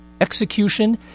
execution